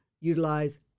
utilize